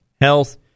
health